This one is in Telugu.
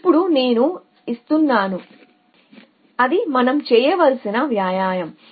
కాబట్టి ఇప్పుడు నేను ఇస్తున్నాను అది మనం చేయవలసిన వ్యాయామం